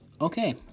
Okay